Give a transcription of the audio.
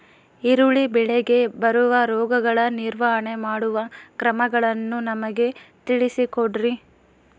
ಈರುಳ್ಳಿ ಬೆಳೆಗೆ ಬರುವ ರೋಗಗಳ ನಿರ್ವಹಣೆ ಮಾಡುವ ಕ್ರಮಗಳನ್ನು ನಮಗೆ ತಿಳಿಸಿ ಕೊಡ್ರಿ?